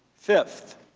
fifth,